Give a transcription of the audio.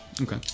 Okay